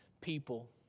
people